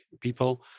people